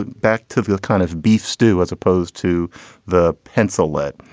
ah back to the kind of beef stew as opposed to the pencil lead.